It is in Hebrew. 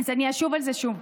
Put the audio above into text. אז אני אחזור על זה שוב.